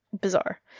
bizarre